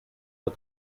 but